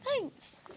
Thanks